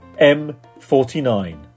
M49